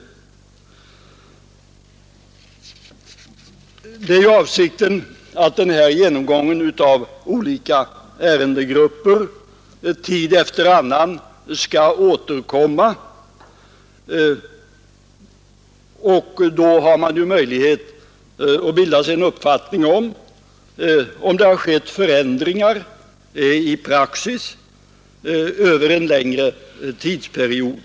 Det är avsikten att utskottet tid efter annan skall göra en förnyad genomgång av dessa ärendegrupper för att bilda sig en uppfattning om huruvida det har skett förändringar i praxis över en längre tidsperiod.